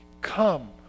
Come